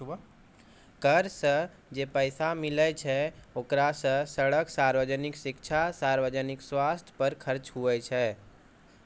कर सं जे पैसा मिलै छै ओकरा सं सड़क, सार्वजनिक शिक्षा, सार्वजनिक सवस्थ पर खर्च हुवै छै